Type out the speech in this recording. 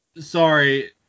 Sorry